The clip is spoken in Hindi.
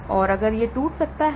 तो BBB भी टूट सकता है